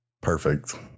Perfect